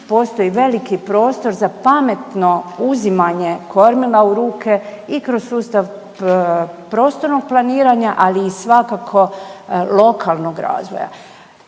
postoji veliki prostor za pametno uzimanje kormila u ruku i kroz sustav prostornog planiranja, ali i svakako lokalnog razvoja.